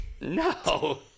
No